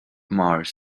mars